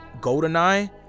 Goldeneye